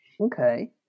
Okay